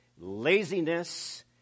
laziness